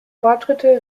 fortschritte